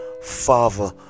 Father